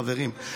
חברים.